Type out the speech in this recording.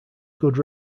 good